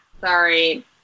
sorry